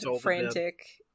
frantic